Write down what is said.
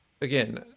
again